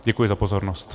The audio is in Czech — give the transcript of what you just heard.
Děkuji za pozornost.